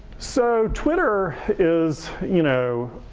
so, twitter is you know,